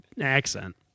accent